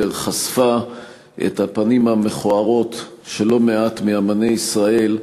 חשפה את הפנים המכוערות של לא מעט מאמני ישראל,